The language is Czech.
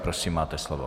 Prosím, máte slovo.